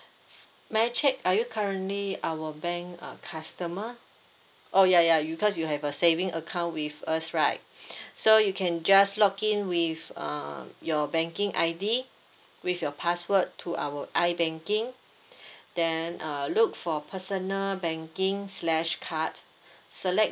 may I check are you currently our bank uh customer oh ya ya you cause you have a saving account with us right so you can just log in with um your banking I_D with your password to our ibanking then uh look for personal banking slash card select